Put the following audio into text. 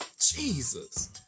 Jesus